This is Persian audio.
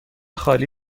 خالی